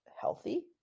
healthy